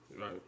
Right